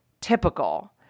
typical